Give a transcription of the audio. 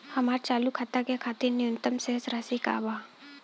हमार चालू खाता के खातिर न्यूनतम शेष राशि का बा?